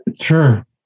Sure